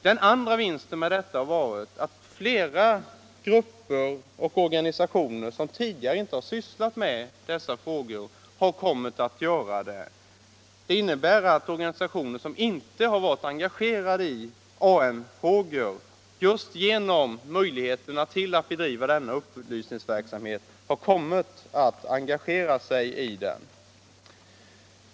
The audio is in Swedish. Den andra vinsten med detta har varit att flera grupper och organisationer som tidigare inte har sysslat med dessa frågor har kommit att göra det. Det innebär att organisationer som inte har varit engagerade i AN-frågor just genom möjligheterna att bedriva denna upplysnings verksamhet har kommit att engagera sig i den.